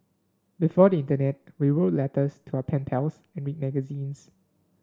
before the internet we wrote letters to our pen pals and read magazines